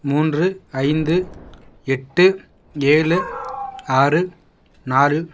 மூன்று ஐந்து எட்டு ஏழு ஆறு நாலு